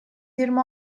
yirmi